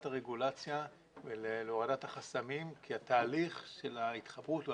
הרגולציה ולהורדת החסמים כי התהליך של ההתחברות הוא